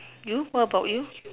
you what about you